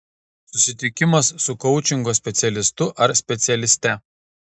susitikimas su koučingo specialistu ar specialiste